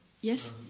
yes